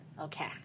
Okay